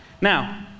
Now